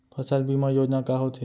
फसल बीमा योजना का होथे?